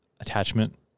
attachment